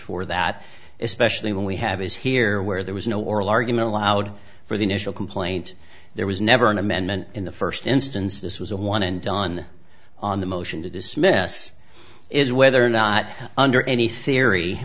for that especially when we have is here where there was no oral argument allowed for the initial complaint there was never an amendment in the first instance this was a one and done on the motion to dismiss is whether or not under any theory